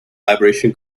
vibration